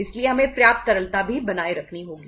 इसलिए हमें पर्याप्त तरलता भी बनाए रखनी होगी